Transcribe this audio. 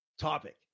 topic